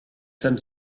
sam